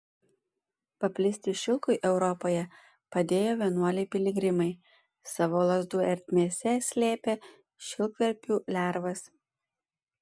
paplisti šilkui europoje padėjo vienuoliai piligrimai savo lazdų ertmėse slėpę šilkverpių lervas